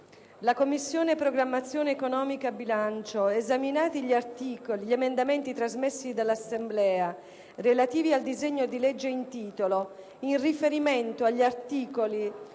«La Commissione programmazione economica, bilancio, esaminati gli emendamenti trasmessi dall'Assemblea, relativi al disegno di legge in titolo, in riferimento agii articoli